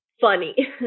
funny